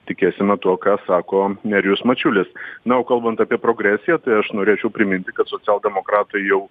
tikėsime tuo ką sako nerijus mačiulis na o kalbant apie progresiją tai aš norėčiau priminti kad socialdemokratai jau